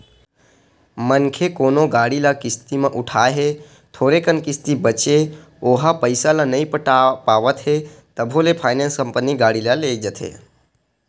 मनखे कोनो गाड़ी ल किस्ती म उठाय हे थोरे कन किस्ती बचें ओहा पइसा ल नइ पटा पावत हे तभो ले फायनेंस कंपनी गाड़ी ल लेग जाथे